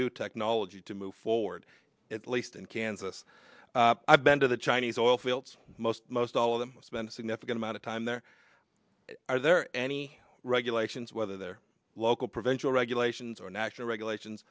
new technology to move forward at least in kansas i've been to the chinese oil fields most most all of them spent a significant amount of time there are there any regulations whether their local provincial regulations or national regulations